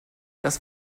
das